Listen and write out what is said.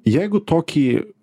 jeigu tokį